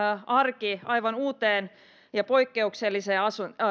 arkensa aivan uuteen ja poikkeukselliseen